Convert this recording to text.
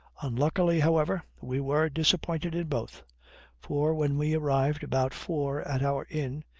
unluckily, however, we were disappointed in both for when we arrived about four at our inn,